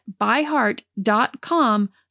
byheart.com